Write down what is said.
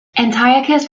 antiochus